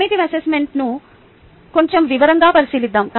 formative assessment ను కొంచెం వివరంగా పరిశీలిద్దాం